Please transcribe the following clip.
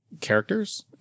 characters